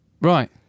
Right